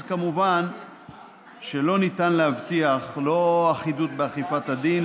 אז כמובן שלא ניתן להבטיח לא אחידות באכיפת הדין,